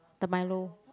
the Milo